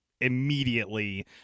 immediately